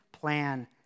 plan